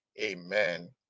Amen